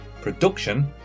Production